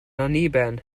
anniben